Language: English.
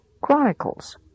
Chronicles